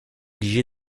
obligés